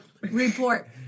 Report